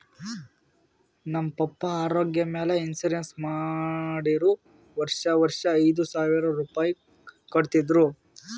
ನಮ್ ಪಪ್ಪಾ ಆರೋಗ್ಯ ಮ್ಯಾಲ ಇನ್ಸೂರೆನ್ಸ್ ಮಾಡಿರು ವರ್ಷಾ ವರ್ಷಾ ಐಯ್ದ ಸಾವಿರ್ ರುಪಾಯಿ ಕಟ್ಟತಿದ್ರು